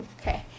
Okay